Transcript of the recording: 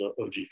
OG